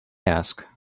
ask